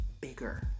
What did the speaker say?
bigger